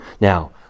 Now